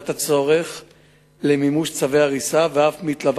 3. האם תחושת הביטחון של תושבי עומר שווה